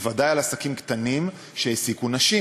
בוודאי על עסקים קטנים שהעסיקו נשים.